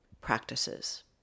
practices